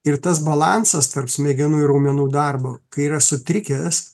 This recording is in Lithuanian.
ir tas balansas tarp smegenų ir raumenų darbo kai yra sutrikęs